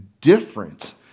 different